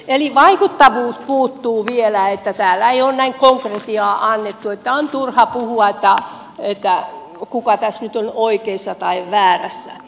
eli vaikuttavuus puuttuu vielä täällä ei ole konkretiaa annettu niin että on turha puhua kuka tässä nyt on oikeassa tai väärässä